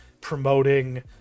promoting